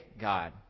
God